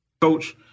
Coach